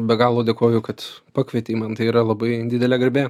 be galo dėkoju kad pakvietei man tai yra labai didelė garbė